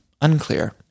Unclear